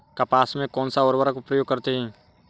कपास में कौनसा उर्वरक प्रयोग करते हैं?